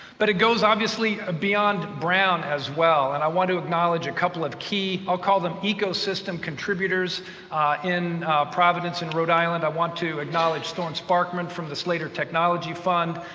but it goes, obviously, ah beyond brown as well. and i want to acknowledge a couple of key i'll call them ecosystem contributors in providence in rhode island. i want to acknowledge thorne sparkman from the slater technology fund.